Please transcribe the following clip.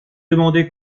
demandé